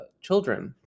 children